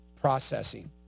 processing